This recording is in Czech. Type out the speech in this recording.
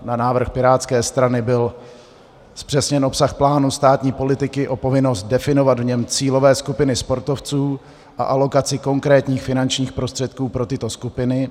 Na návrh pirátské strany byl zpřesněn obsah plánu státní politiky o povinnost definovat v něm cílové skupiny sportovců a alokaci konkrétních finančních prostředků pro tyto skupiny.